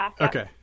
Okay